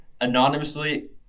anonymously